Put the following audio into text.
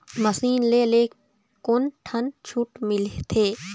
Machine ले ले कोन ठन छूट मिलथे?